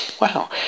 wow